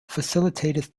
facilitated